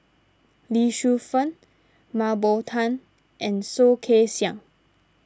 Lee Shu Fen Mah Bow Tan and Soh Kay Siang